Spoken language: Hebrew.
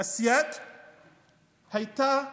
הייתה נוסחה,